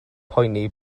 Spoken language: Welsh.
poeni